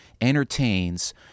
entertains